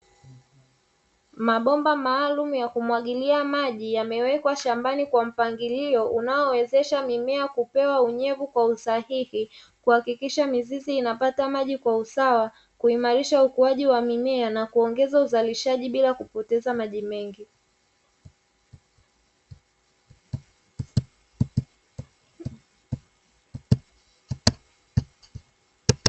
Mabomba maalumu ya kumwagilia maji yamewekwa shambani kwa mpangilio unaowezesha mmea kupewa unyevu kwa usahihi, kuhakikisha mizizi inapata maji kwa usawa kuimarisha ukuaji wa mimea na kuongeza uzalishaji bila kupoteza maji mengi.